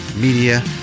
media